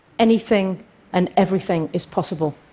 anything and everything is possible.